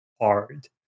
hard